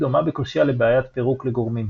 דומה בקושיה לבעיית פירוק לגורמים.